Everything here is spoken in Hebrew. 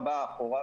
ארבעה אחורה,